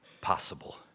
possible